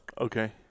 Okay